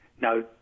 Now